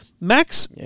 Max